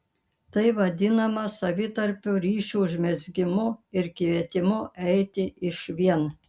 tai vadinama savitarpio ryšio užmezgimu ir kvietimu eiti išvien